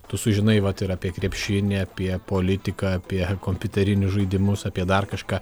tu sužinai vat ir apie krepšinį apie politiką apie kompiuterinius žaidimus apie dar kažką